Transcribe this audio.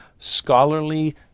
Scholarly